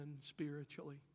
spiritually